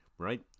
right